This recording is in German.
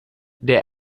der